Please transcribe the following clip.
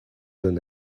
than